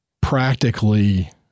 practically